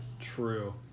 true